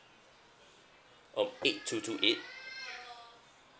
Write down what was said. um eight two two eight